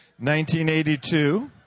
1982